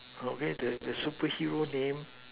okay the the superhero name